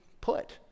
put